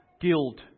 guilt